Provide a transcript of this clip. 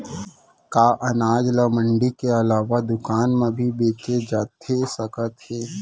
का अनाज ल मंडी के अलावा दुकान म भी बेचे जाथे सकत हे?